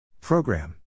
Program